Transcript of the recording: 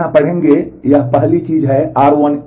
आप यहाँ पढ़ेंगे यह पहली चीज़ है r1